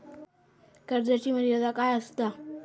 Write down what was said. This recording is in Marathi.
कर्जाची मर्यादा काय असता?